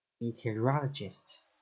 Meteorologist